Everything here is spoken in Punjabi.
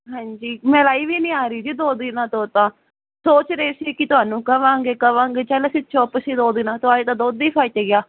ਹਾਂਜੀ ਮਲਾਈ ਵੀ ਨਹੀਂ ਆ ਰਹੀ ਜੀ ਦੋ ਦਿਨਾਂ ਤੋਂ ਤਾਂ ਸੋਚ ਰਹੀ ਸੀ ਕਿ ਤੁਹਾਨੂੰ ਕਹਾਂਗੇ ਕਹਾਂਗੇ ਚੱਲ ਅਸੀਂ ਚੁੱਪ ਸੀ ਦੋ ਦਿਨਾਂ ਤੋਂ ਅੱਜ ਤਾਂ ਦੁੱਧ ਹੀ ਫਟ ਗਿਆ